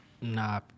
Nah